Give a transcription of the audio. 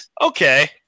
Okay